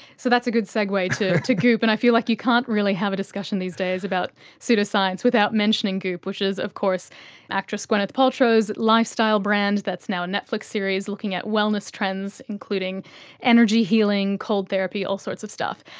so that's a good segue to to goop and i feel like you can't really have a discussion these days about pseudoscience without mentioning goop which is of course actress gwyneth paltrow's lifestyle brand that is now a netflix series looking at wellness trends, including energy healing, cold therapy, all sorts of stuff.